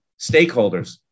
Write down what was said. stakeholders